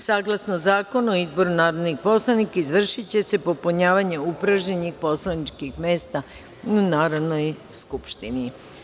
Saglasno Zakonu o izboru narodnih poslanika, izvršiće se popunjavanje upražnjenih poslaničkih mesta u Narodnoj skupštini.